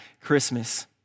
Christmas